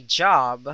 job